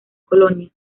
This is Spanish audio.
colonia